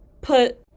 put